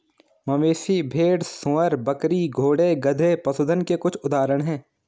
मवेशी, भेड़, सूअर, बकरी, घोड़े, गधे, पशुधन के कुछ उदाहरण हैं